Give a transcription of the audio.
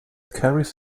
carries